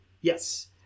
Yes